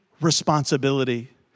responsibility